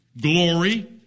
glory